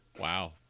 Wow